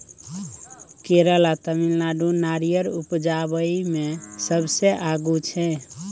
केरल आ तमिलनाडु नारियर उपजाबइ मे सबसे आगू छै